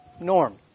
norm